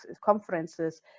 conferences